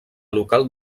local